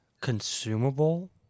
consumable